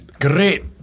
Great